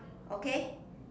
okay